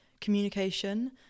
communication